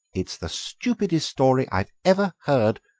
it's the stupidest story i've ever heard,